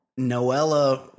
Noella